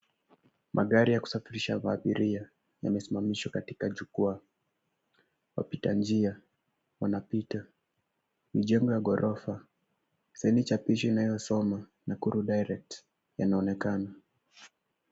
Magari ya kusafirisha abiria yamesimamishwa katika jukwaa. Wapita njia wanapita. Mijengo ya ghorofa. Sehemu chapishi inayosoma Nakuru Direct yanaonekana.